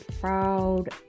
proud